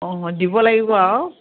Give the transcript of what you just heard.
অঁ দিব লাগিব আৰু